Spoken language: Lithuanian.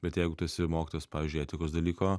bet jeigu tu esi mokytojas pavyzdžiui etikos dalyko